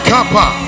Kappa